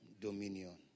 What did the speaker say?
dominion